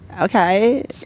Okay